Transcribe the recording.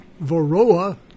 Varroa